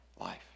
life